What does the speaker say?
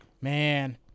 Man